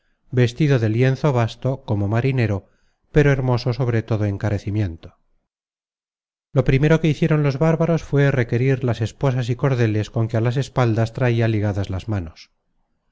vestido de lienzo basto como marinero pero hermoso sobre todo encarecimiento content from google book search generated at lo primero que hicieron los bárbaros fué requerir las esposas y cordeles con que á las espaldas traia ligadas las manos